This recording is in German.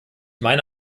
meine